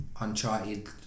Uncharted